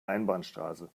einbahnstraße